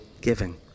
giving